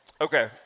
Okay